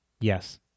Yes